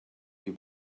you